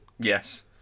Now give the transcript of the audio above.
Yes